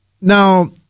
now